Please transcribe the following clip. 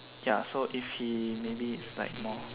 ya so if he maybe he's like more